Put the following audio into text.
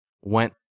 went